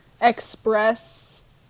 express